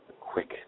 quick